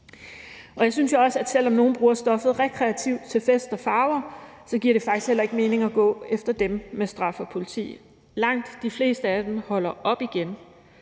Jeg synes jo også, at selv om nogle bruger stoffet rekreativt til fest og farver, giver det faktisk heller ikke mening at gå efter dem med straf og politi. Langt de fleste af dem holder op igen.